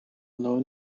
known